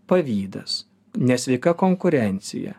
pavydas nesveika konkurencija